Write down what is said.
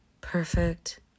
perfect